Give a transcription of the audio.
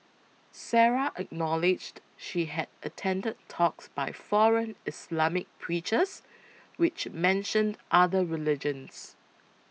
Sarah acknowledged she had attended talks by foreign Islamic preachers which mentioned other religions